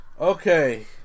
Okay